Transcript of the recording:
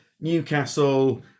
Newcastle